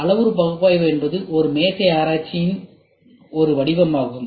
அளவுரு பகுப்பாய்வு என்பது ஒரு மேசை ஆராய்ச்சியின் ஒரு வடிவமாகும்